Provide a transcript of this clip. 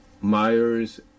Myers